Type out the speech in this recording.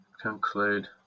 conclude